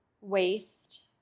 waste